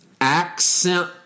accent